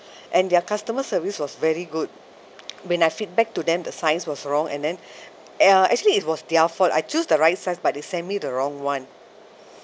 and their customer service was very good when I feedback to them the size was wrong and then ya actually it was their fault I choose the right size but they sent me the wrong one